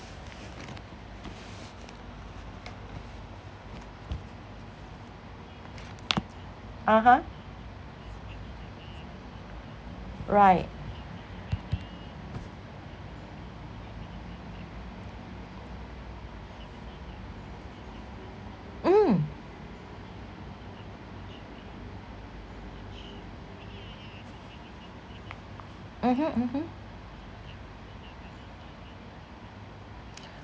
(uh huh) right mm mmhmm mmhmm